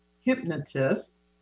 hypnotist